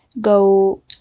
go